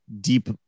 deep